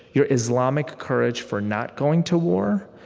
your islamic courage, for not going to war,